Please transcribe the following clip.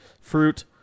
fruit